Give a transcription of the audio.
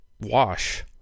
wash